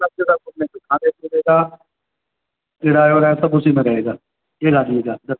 کرایہ ورایہ سب اسی میں رہے گا تین آدمی کا